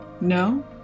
No